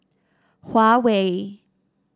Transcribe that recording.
Huawei